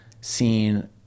seen